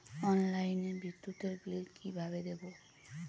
অনলাইনে বিদ্যুতের বিল কিভাবে দেব?